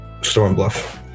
Stormbluff